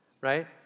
right